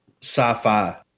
sci-fi